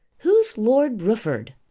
who's lord rufford?